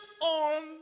on